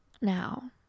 Now